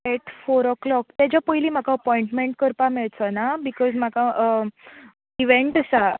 eight four o'clock तेज्या पयली म्हाका अपोयंटमेंट करपाक मेळचो ना बिकोज म्हाका इवेंट आसा